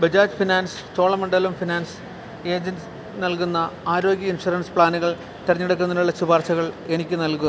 Bajaj finance Cholamandalam finance agency നൽകുന്ന ആരോഗ്യ insurance പ്ലാനുകൾ തെരഞ്ഞെടുക്കുന്നതിനുള്ള ശുപാർശകൾ എനിക്ക് നൽകുക